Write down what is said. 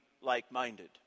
like-minded